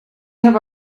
have